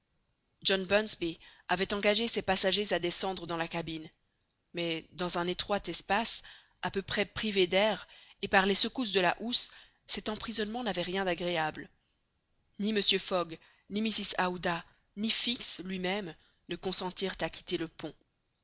john bunsby avait engagé ses passagers à descendre dans la cabine mais dans un étroit espace à peu près privé d'air et par les secousses de la houle cet emprisonnement n'avait rien d'agréable ni mr fogg ni mrs aouda ni fix lui-même ne consentirent à quitter le pont